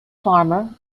farmer